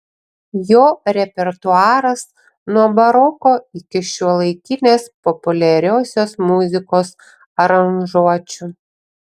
jo repertuaras nuo baroko iki šiuolaikinės populiariosios muzikos aranžuočių